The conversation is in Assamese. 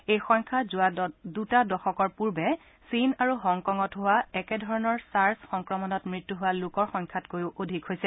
এই সংখ্যা যোৱা দূটা দশকৰ পূৰ্বে চীন আৰু হংকঙত হোৱা ছাৰ্ছ সংক্ৰমণত মৃত্যু হোৱা লোকৰ সংখ্যাতকৈ অধিক হৈছে